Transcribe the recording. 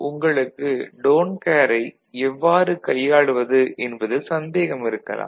உங்களுக்கு டோன்ட் கேரை எவ்வாறு கையாளுவது என்பதில் சந்தேகம் இருக்கலாம்